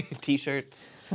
T-shirts